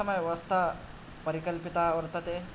उत्तमव्यवस्था परिकल्पिता वर्तते